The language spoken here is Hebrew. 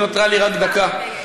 ונותרה לי רק דקה.